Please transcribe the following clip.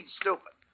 stupid